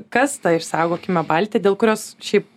kas ta išsaugokime baltį dėl kurios šiaip